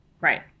Right